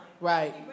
Right